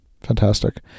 Fantastic